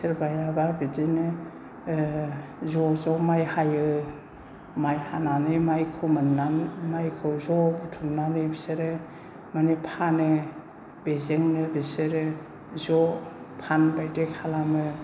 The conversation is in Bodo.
सोरबायाबा बिदिनो ज' ज' माय हायो माय हानानै मायखौ मोनना मायखौ ज' बुथुमनानै बिसोरो माने फानो बेजोंनो बिसोरो ज' फान बायदि खालामो